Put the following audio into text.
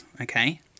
okay